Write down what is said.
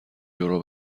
یورو